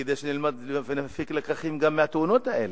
וכדי שנלמד ונפיק לקחים גם מהתאונות האלה,